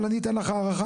אבל אני אתן לך הערכה?